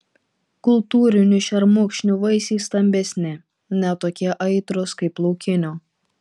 kultūrinių šermukšnių vaisiai stambesni ne tokie aitrūs kaip laukinių